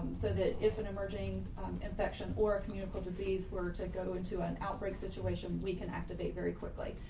so that if an emerging infection or a communicable disease were to go into an outbreak situation we can activate very quickly.